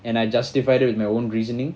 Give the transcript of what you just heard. and I justified it with my own reasoning